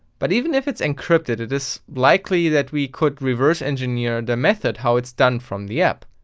but even if it's encrypted it is likely that we could reverse engineer the method how its done from the app.